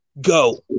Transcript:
Go